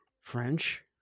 french